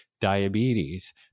diabetes